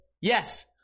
yes